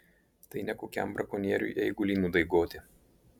tai ne kokiam brakonieriui eigulį nudaigoti